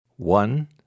One